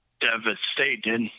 devastated